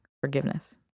forgiveness